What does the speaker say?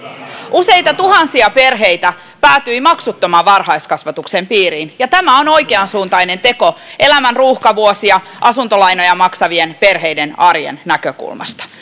useita tuhansia perheitä päätyi maksuttoman varhaiskasvatuksen piiriin ja tämä on oikeansuuntainen teko elämän ruuhkavuosia elävien asuntolainoja maksavien perheiden arjen näkökulmasta